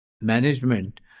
management